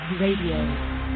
Radio